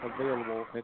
available